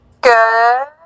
good